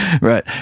Right